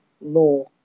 law